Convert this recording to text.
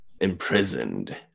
imprisoned